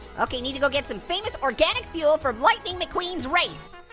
okay, need to go get some famous organic fuel for lightning mcqueen's race.